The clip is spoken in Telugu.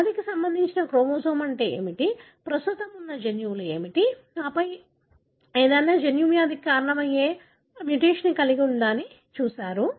వ్యాధికి సంబంధించిన క్రోమోజోమ్ అంటే ఏమిటి ప్రస్తుతం ఉన్న జన్యువులు ఏమిటి ఆపై ఏదైనా జన్యువు వ్యాధికి కారణమయ్యే ఏదైనా మ్యుటేషన్ను కలిగి ఉందా అని మీరు చూశారు